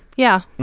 yeah,